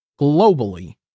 globally